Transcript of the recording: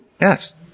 Yes